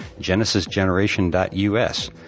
genesisgeneration.us